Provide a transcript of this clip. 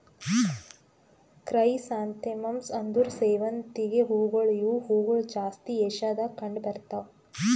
chrysanthemums ಅಂದುರ್ ಸೇವಂತಿಗೆ ಹೂವುಗೊಳ್ ಇವು ಹೂಗೊಳ್ ಜಾಸ್ತಿ ಏಷ್ಯಾದಾಗ್ ಕಂಡ್ ಬರ್ತಾವ್